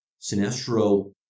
Sinestro